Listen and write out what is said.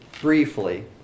briefly